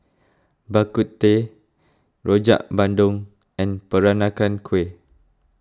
Bak Kut Teh Rojak Bandung and Peranakan Kueh